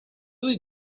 are